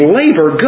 labor